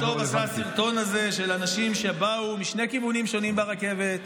כמה טוב עשה הסרטון הזה של אנשים שבאו משני כיוונים שונים ברכבת,